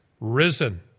risen